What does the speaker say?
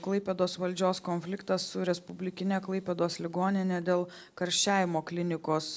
klaipėdos valdžios konfliktą su respublikine klaipėdos ligonine dėl karščiavimo klinikos